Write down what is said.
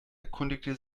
erkundigte